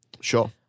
Sure